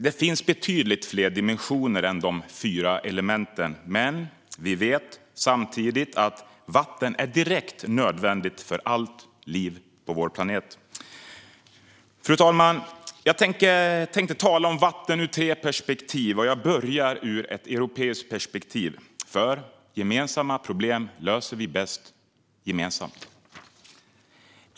Det finns betydligt fler dimensioner än de fyra elementen. Men vi vet samtidigt att vatten är direkt nödvändigt för allt liv på vår planet. Fru talman! Jag tänkte tala om vatten ur tre perspektiv. Jag börjar ur ett europeiskt perspektiv, för gemensamma problem löser vi bäst gemensamt.